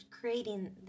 creating